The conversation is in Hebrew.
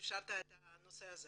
שאפשרת את הנושא הזה